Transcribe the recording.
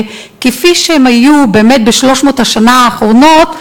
כפי שהם היו באמת ב-300 השנים האחרונות,